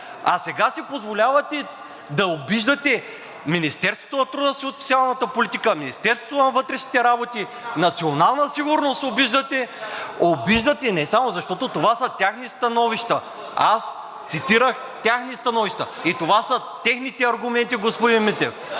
а сега си позволявате да обиждате Министерството на труда и социалната политика, Министерството на вътрешните работи, „Национална сигурност“ обиждате, защото това са техни становища. Аз цитирах техни становища. И това са техните аргументи, господин Митев.